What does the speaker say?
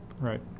Right